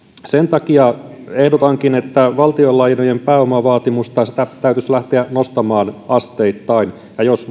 sen takia ehdotankin että valtionlainojen pääomavaatimusta täytyisi lähteä nostamaan asteittain ja jos